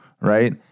right